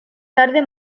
tarde